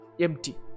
empty